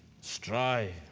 Strive